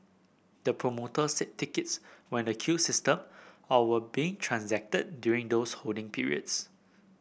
the promoter said tickets were in the queue system or were being transacted during those holding periods